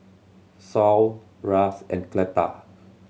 Saul Ras and Cleta